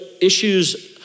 issues